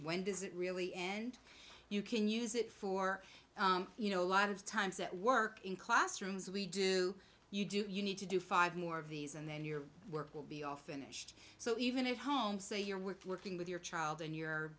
when does it really end you can use it for you know a lot of times at work in classrooms we do you do you need to do five more of these and then your work will be all finished so even if home say you're worth working with your child and you're